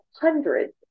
hundreds